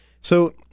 So-